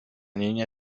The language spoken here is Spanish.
niña